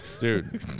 Dude